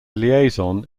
liaison